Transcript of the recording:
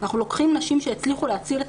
אנחנו לוקחים נשים שהצליחו להציל את